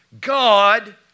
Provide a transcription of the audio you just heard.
God